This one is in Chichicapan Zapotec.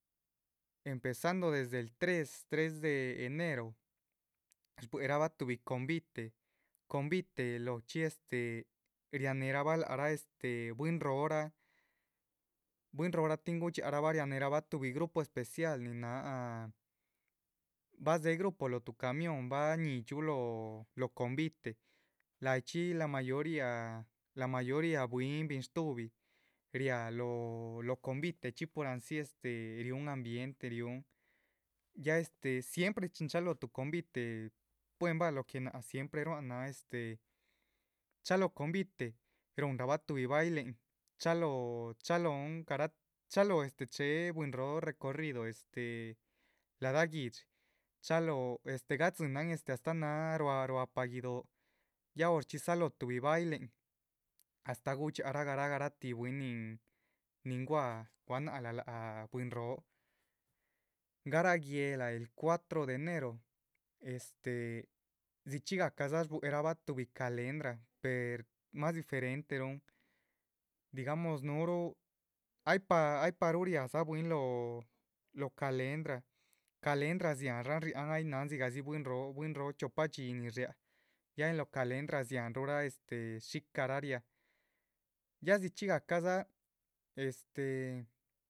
Emepezando desde el tres, tres de enero shbuéherabah tuhbi convite, convite lohochxí este rianéherabah lac este, bwín róho raa bwín róhoraa tin gudxiáharabah. rianeherabah tuhbi grupo especial nin náha bah dzéhe grupo lóho tuhbi camión, báhñídxiuh lóho convite lahayichxí la mayoria, la mayoria bwín, binshtuhbi, riáha lóho. convite chxí pur anzi este, rihún ambiente riuhun este siempre chin chalóho tuhbi convite buenbah lo que náac siempre ruáhan náh este chalóho convite ruhunrabah. tuhbi bailen chalóhon garatih chalóho chéhe bwín róho recorrido este, ladah guihdxi chalóho este gadzínan astáh náha ruá ruahpa guido´, ya horchxí salóho tuhbi bailehen, astáh gudxiahara garah garahtih bwín, nin gua´, guánahala láha bwín róho, garah guéhla el cuatro de enero este, dzichxí gahcadza shbuerabah tuhbi calendra per mas. diferenteruhn per masomenos nuhuruh ay pah ay pah ruhu riadzabwín lóho lóho calendra, calendra dziáhanan riáhan ay náhan dzigahdzi bwín róho bwín róho chiopa dxi. nin riáha ya en lo calendra dziáhanruhdza shica rah riáha, ya dzihcxí gahca dza este.